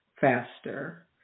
faster